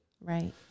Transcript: Right